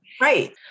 Right